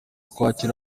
kwakira